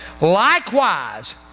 Likewise